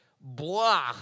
Blah